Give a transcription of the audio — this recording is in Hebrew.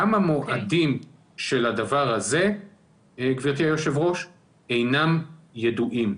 גם המועדים של הדבר הזה אינם ידועים.